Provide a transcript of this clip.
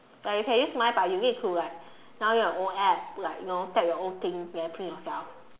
you can use mine but you need to like download your own app put like you know tag your own things then put in yourself